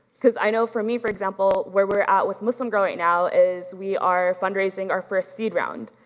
cause i know for me, for example, where we're at with muslim girl right now is we are fundraising our first seed round,